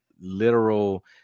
literal